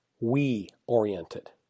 we-oriented